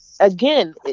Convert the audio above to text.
Again